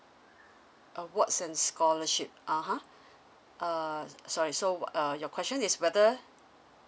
awards and scholarship (uh huh) uh sorry so wh~ uh your question is whether